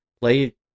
play